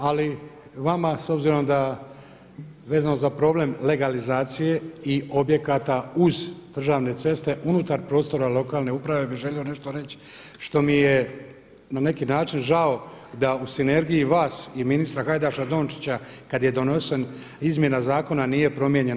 Ali vama s obzirom da vezano za problem legalizacije i objekata uz državne ceste unutar prostora lokalne uprave bih želio nešto reći što mi je na neki način žao da u sinergiji vaš i ministra Hajdaš Dončića kada je donošena izmjena zakona nije promijenjeno.